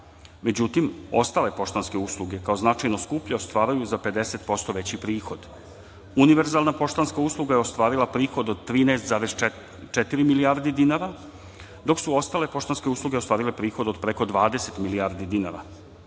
manje.Međutim, ostale poštanske usluge kao značajno skuplje ostvaruju za 50% veći prihod. Univerzalna poštanska usluga je ostvarila prihod od 13,4 milijardi dinara, dok su ostale poštanske usluge ostvarile prihod od preko 20 milijardi dinara.